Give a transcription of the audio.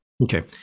Okay